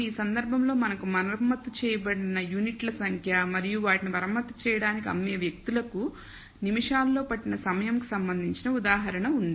ఈ సందర్భంలో మనకు మరమ్మత్తు చేయబడిన యూనిట్ల సంఖ్య మరియు వాటిని మరమ్మతు చేయడానికి అమ్మే వ్యక్తులకు నిమిషాలలో పట్టిన సమయం కు సంబంధించిన ఉదాహరణ ఉంది